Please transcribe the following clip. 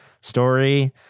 story